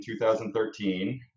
2013